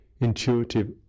intuitive